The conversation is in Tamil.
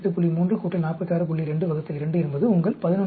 2 2 என்பது உங்கள் 11